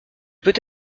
peut